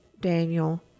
Daniel